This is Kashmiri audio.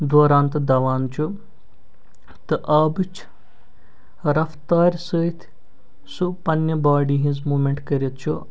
دوران تہٕ دوان چھُ تہٕ آبٕچ رفتارِ سۭتۍ سُہ پَنٕنہِ باڈی ہٕنٛز موٗمٮ۪نٛٹ کٔرِتھ چھُ